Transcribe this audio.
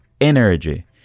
energy